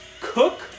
cook